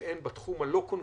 והן בתחום הלא-קונבנציונלי.